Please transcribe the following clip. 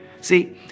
See